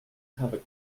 have